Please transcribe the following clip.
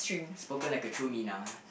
spoken like a true minah